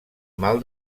mal